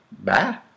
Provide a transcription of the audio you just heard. Bye